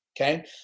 Okay